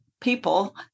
people